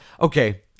Okay